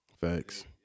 Facts